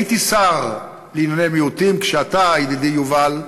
הייתי שר לענייני מיעוטים כשאתה, ידידי יובל,